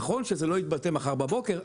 נכון שזה לא יתבטא מחר בבוקר,